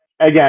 again